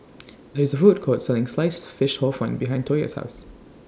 There IS A Food Court Selling Sliced Fish Hor Fun behind Toya's House